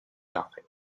nothing